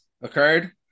occurred